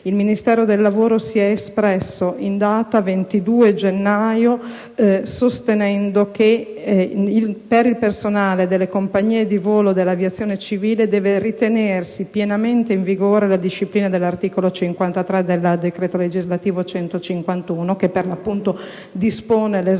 il Ministero del lavoro si è espresso in data 22 gennaio sostenendo che per il personale delle compagnie di volo dell'aviazione civile deve ritenersi pienamente in vigore la disciplina dell'articolo 53 del decreto legislativo n. 151 che, per l'appunto, dispone l'esonero